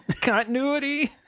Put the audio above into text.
Continuity